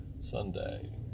Sunday